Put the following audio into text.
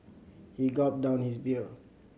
he gulped down his beer